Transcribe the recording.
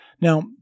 Now